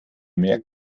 mehr